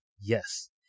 Yes